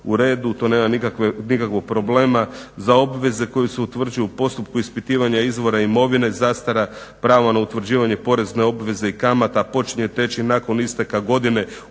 uredu tu nema nikakvog problema. Za obveze koje se utvrđuju u postupku ispitivanja izvora imovine zastara prava na utvrđivanje porezne obveze i kamata počinje teći nakon isteka godine u koju je